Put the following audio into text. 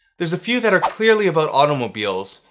there's a few that are clearly about automobiles,